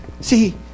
See